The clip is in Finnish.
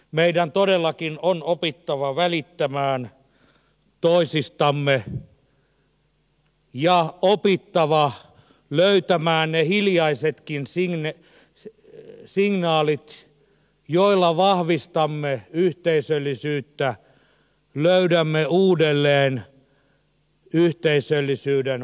meidän todellakin on opittava välittämään toisistamme ja opittava löytämään ne hiljaisetkin signaalit joilla vahvistamme yhteisöllisyyttä löydämme uudelleen yteisöllisyyden vahvat juuret